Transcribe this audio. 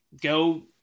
go